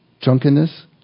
drunkenness